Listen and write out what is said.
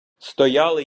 стояли